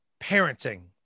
Parenting